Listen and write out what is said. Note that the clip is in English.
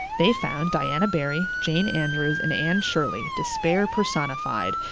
they found diana barry, jane andrews, and anne shirley, despair personified,